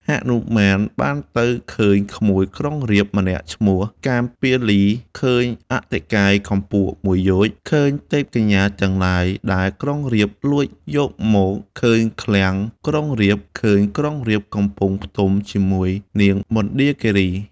ហនុមានបានទៅឃើញក្មួយក្រុងរាពណ៍ម្នាក់ ឈ្មោះ កាមពាលី ឃើញអតិកាយកម្ពស់មួយយោជន៍ ឃើញទេពកញ្ញាទាំងឡាយ ដែលក្រុងរាពណ៌លួចយកមក ឃើញឃ្លាំងក្រុងរាពណ៍ ឃើញក្រុងរាពណ៍កំពុងផ្ទុំជាមួយនាងមណ្ឌាគីរី។